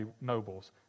nobles